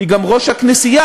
היא גם ראש הכנסייה,